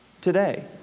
today